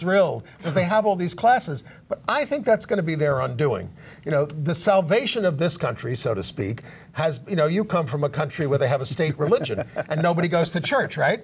thrilled they have all these classes but i think that's going to be their own doing you know the salvation of this country so to speak has you know you come from a country where they have a state religion and nobody goes to church right